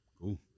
Cool